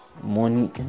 money